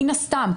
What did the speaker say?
מן הסתם,